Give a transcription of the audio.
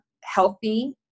healthy